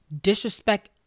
disrespect